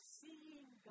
seeing